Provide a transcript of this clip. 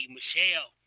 Michelle